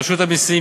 רשות המסים,